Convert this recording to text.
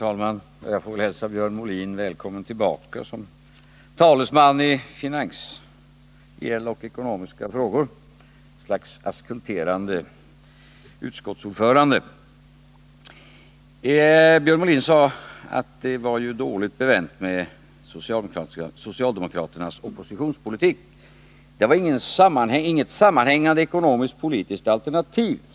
Herr talman! Jag får hälsa Björn Molin välkommen tillbaka som talesman i finansiella och ekonomiska frågor och som ett slags auskulterande utskottsordförande. Björn Molin sade att det var dåligt bevänt med socialdemokraternas oppositionspolitik. Vi har enligt Björn Molin under de här åren inte företrätt något sammanhängande ekonomiskt-politiskt alternativ.